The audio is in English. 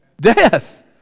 Death